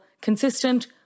consistent